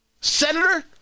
Senator